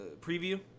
preview